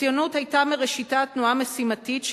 הציונות היתה מראשיתה תנועה משימתית,